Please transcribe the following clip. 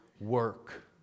work